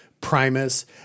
Primus